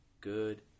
good